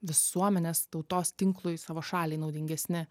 visuomenės tautos tinklui savo šaliai naudingesni